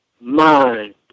mind